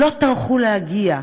לא טרחו להגיע.